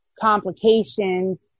complications